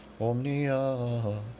omnia